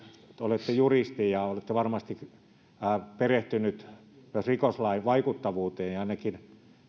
te olette juristi ja olette varmasti perehtynyt myös rikoslain vaikuttavuuteen että ainakin